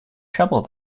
trouble